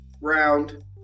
round